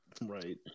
Right